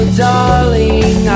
darling